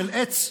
של עץ,